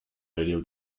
radio